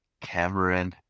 Cameron